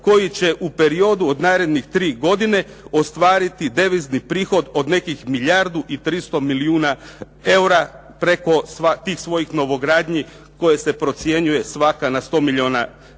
koji će u periodu od narednih tri godine ostvariti devizni prihod od nekih milijardu i 300 milijuna eura preko tih svojih novogradnji koje se procjenjuje svaka na 100 milijuna eura,